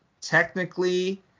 technically